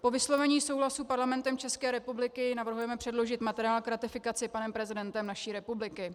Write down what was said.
Po vyslovení souhlasu Parlamentem České republiky navrhujeme předložit materiál k ratifikaci panem prezidentem naší republiky.